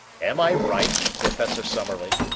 am i right, professor summerlee?